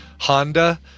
Honda